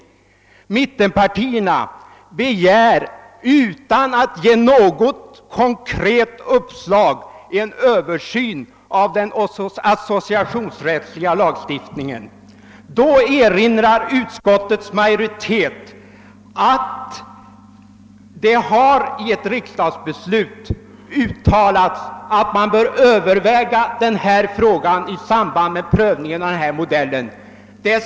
Utan att ge några konkreta uppslag begär nu mittenpartierna en Översyn av den associationsrättsliga lagstiftningen, och utskottets majoritet erinrar då om att det i ett riksdagsbeslut har uttalats att man bör överväga den frågans samband med prövningen av den i bankoutskottets utlåtande nr 62 angivna försöksmodellen.